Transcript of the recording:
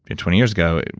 and twenty years ago,